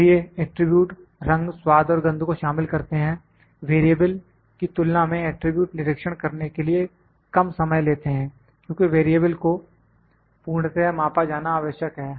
इसलिए एट्रिब्यूट रंग स्वाद और गंध को शामिल करते हैं वेरिएबल की तुलना में एट्रिब्यूट निरीक्षण करने के लिए कम समय लेते हैं क्योंकि वेरिएबल को पूर्णतया मापा जाना आवश्यक है